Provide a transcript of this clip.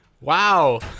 wow